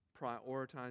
prioritize